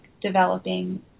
developing